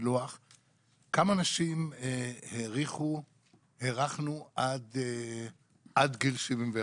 לכמה אנשים הארכנו עד גיל 71,